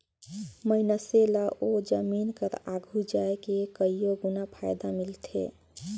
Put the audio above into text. मइनसे ल ओ जमीन कर आघु जाए के कइयो गुना फएदा मिलथे